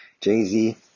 Jay-Z